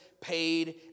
paid